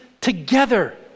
together